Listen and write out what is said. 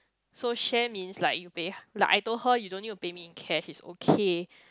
so share means like you pay like I told her you don't have to pay me in cash it's okay